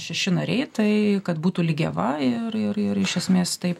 šeši nariai tai kad būtų lygiava ir ir ir iš esmės taip